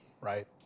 right